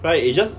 right it's just